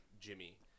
Jimmy